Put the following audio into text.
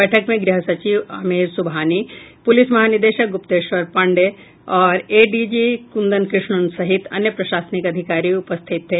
बैठक में गृह सचिव आमिर सुबहानी पुलिस महानिदेशक गुप्तेश्वर पांडेय और एडीजी कुंदन कृष्णन सहित अन्य प्रशासनिक अधिकारी उपस्थित थे